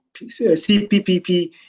CPPP